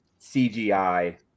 CGI